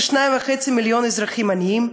כ-2.5 מיליון אזרחים הם עניים,